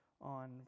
on